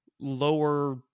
lower